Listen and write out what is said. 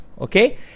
Okay